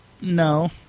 No